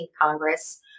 Congress